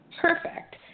Perfect